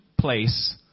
place